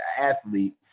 athlete